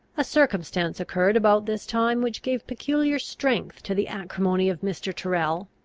a circumstance occurred about this time which gave peculiar strength to the acrimony of mr. tyrrel,